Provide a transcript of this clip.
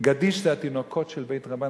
"גדיש" זה התינוקות של בית-רבן,